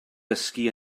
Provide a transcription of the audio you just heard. dysgu